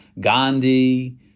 Gandhi